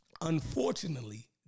unfortunately